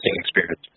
experience